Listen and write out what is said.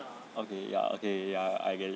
okay ya okay ya I get it